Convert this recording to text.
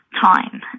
time